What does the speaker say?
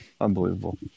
Unbelievable